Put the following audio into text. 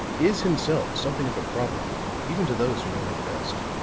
is himself something of a problem even to those who know him best.